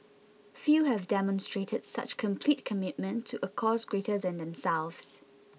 few have demonstrated such complete commitment to a cause greater than themselves